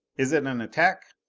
is it an attack?